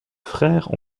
frères